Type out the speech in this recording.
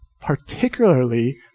particularly